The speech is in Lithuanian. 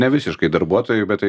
ne visiškai darbuotojų bet tai